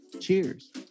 Cheers